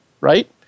Right